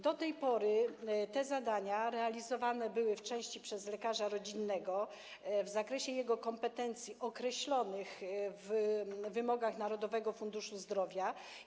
Do tej pory te zadania były realizowane w części przez lekarza rodzinnego, w zakresie jego kompetencji określonych w wymogach Narodowego Funduszu Zdrowia.